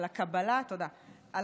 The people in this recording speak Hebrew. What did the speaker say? על הקבלה כתוב,